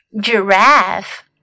Giraffe